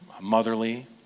motherly